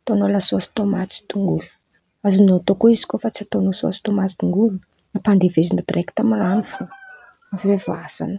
ataon̈ao la sôsy tômaty sy dongolo, azon̈ao atao koa izy fa tsy ataon̈ao sôsy tômaty sy dongolo ampandevezin̈y direkity amy ran̈o fo avy eo vôasan̈a.